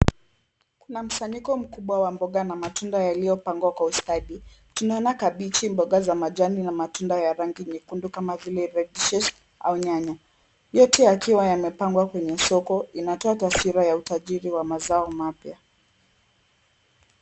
Kuna msanyiko mkubwa wa mboga na matunda yaliyopangwa kwa ustadi. Tunaona kabiji, mboga za majani na matunda ya rangi nyekundu kama vile redishe au nyanya. Yote yakiwa yamepangwa kwenye soko. Inatoa taswira ya utajiri wa mazao mapya.